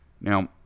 Now